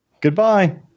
Goodbye